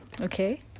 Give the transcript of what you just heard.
okay